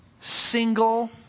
single